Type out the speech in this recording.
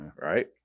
right